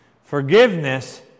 Forgiveness